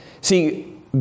See